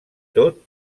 tot